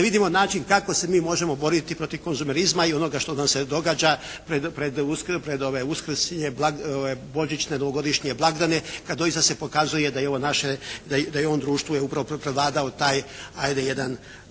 da vidimo način kako se mi možemo boriti protiv …/Govornik se ne razumije./… i onoga što nam se događa pred ove uskrsne i božićne i novogodišnje blagdane kad doista se pokazuje da u ovom društvu je prevladao taj jedan